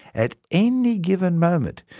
at any given moment,